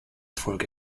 folge